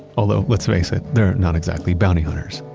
although, let's face it, they're not exactly bounty hunters.